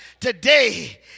today